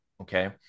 okay